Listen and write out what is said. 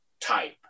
type